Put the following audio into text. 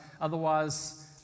otherwise